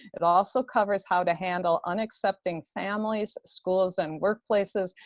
it also covers how to handle unaccepting families, schools, and workplaces,